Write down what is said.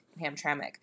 Hamtramck